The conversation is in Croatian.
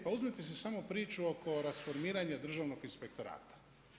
Pa uzmite si samo priču oko rasformiranja državnog inspektorata.